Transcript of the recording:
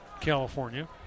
California